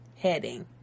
heading